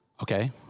okay